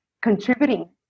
contributing